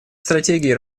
стратегии